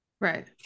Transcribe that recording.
Right